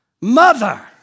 Mother